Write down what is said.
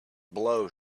blow